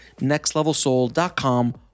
nextlevelsoul.com